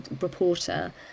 reporter